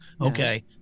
Okay